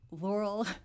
laurel